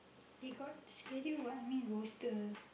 they got schedule what I mean roster